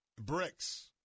bricks